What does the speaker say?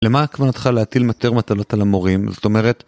למה כוונותך להטיל יותר מטלות על המורים, זאת אומרת?